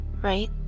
right